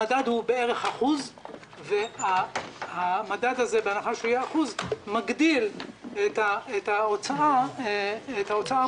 המדד הוא בערך 1%. בהנחה שהמדד יהיה 1% הוא מגדיל את ההוצאה המותרת